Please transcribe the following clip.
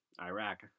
Iraq